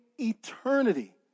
eternity